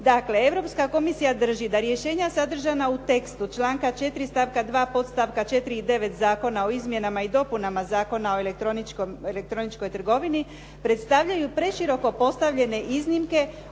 Dakle, Europska komisija drži da rješenja sadržana u tekstu članka 4. stavka 2. podstavka 4. i 9. Zakona o izmjenama i dopunama Zakona o elektroničkoj trgovini predstavljaju preširoko postavljene iznimke